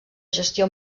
gestió